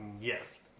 yes